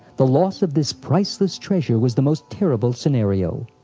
the loss of this priceless treasure was the most terrible scenario.